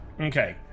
Okay